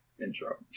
Intro